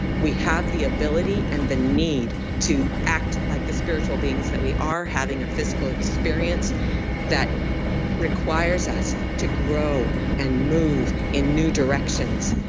we have the ability and the need to act like the spiritual beings that we are, having a physical experience that requires us to grow and move in new directions.